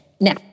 Now